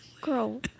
Girl